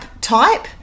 type